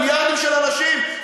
מיליארדים של אנשים,